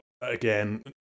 again